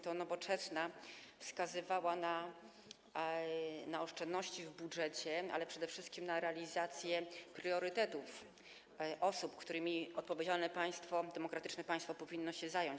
To Nowoczesna wskazywała na oszczędności w budżecie, ale przede wszystkim na realizację priorytetów osób, którymi odpowiedzialne, demokratyczne państwo powinno się zająć.